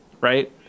right